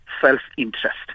self-interest